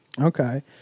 Okay